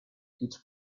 each